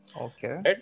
Okay